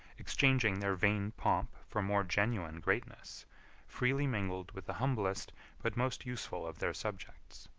exchanging their vain pomp for more genuine greatness freely mingled with the humblest but most useful of their subjects.